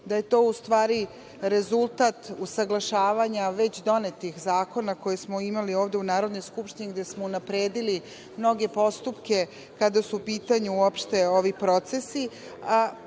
da je to ustvari rezultat usaglašavanja već donetih zakona koje smo imali ovde u Narodnoj Skupštini, gde smo unapredili mnoge postupke, kada su u pitanju uopšte ovi postupci,